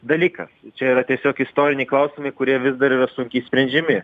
dalykas čia yra tiesiog istoriniai klausimai kurie vis dar sunkiai sprendžiami